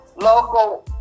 local